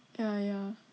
ya ya